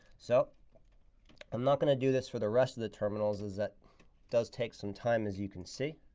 so i'm not going to do this for the rest of the terminals as that does take some time, as you can see.